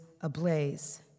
ablaze